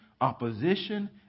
opposition